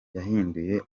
yahinduye